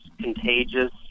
contagious